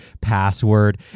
password